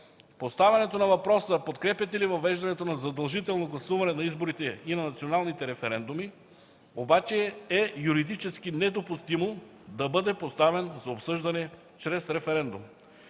Поставянето на въпроса „Подкрепяте ли въвеждането на задължително гласуване на изборите и на националните референдуми?” обаче е юридически недопустимо да бъде поставен за обсъждане чрез референдум.